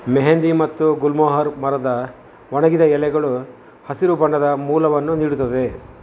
ಮೆಹೆಂದಿ ಮತ್ತು ಗುಲ್ಮೊಹರ್ ಮರದ ಒಣಗಿದ ಎಲೆಗಳು ಹಸಿರು ಬಣ್ಣದ ಮೂಲವನ್ನು ನೀಡುತ್ತದೆ